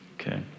okay